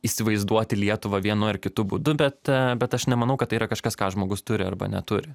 įsivaizduoti lietuvą vienu ar kitu būdu bet bet aš nemanau kad tai yra kažkas ką žmogus turi arba neturi